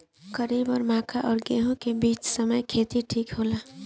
खरीफ और मक्का और गेंहू के बीच के समय खेती ठीक होला?